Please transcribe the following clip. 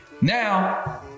Now